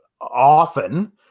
often